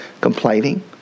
complaining